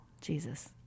Jesus